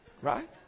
Right